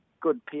good